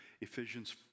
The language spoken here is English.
Ephesians